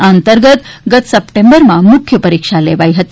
આ અંતર્ગત ગત સપ્ટેમ્બરમાં મુખ્ય પરીક્ષા લેવાઈ હતી